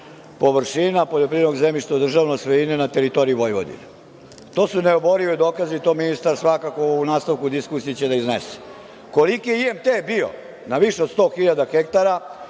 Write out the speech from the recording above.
površina poljoprivrednog zemljišta u državnoj svojini na teritoriji Vojvodine. To su neoborivi dokazi, to ministar će svakako u nastavku diskusije izneti. Koliki je IMT bio na više od 100.000 ha